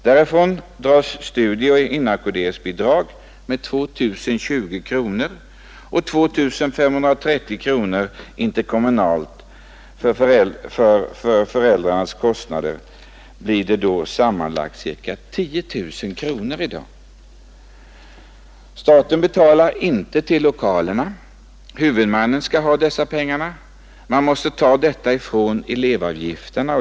Därifrån dras studieoch inackorderingsbidrag med 2020 kronor och 2 530 kronor interkommunalt. Föräldrarnas kostnader blir då sammanlagt ca 10 000 kronor i dag. Staten betalar inte till lokalerna. Huvudmannen skall ha dessa pengar, och man måste ta från elevavgifterna.